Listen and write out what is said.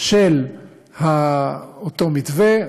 של אותו מתווה,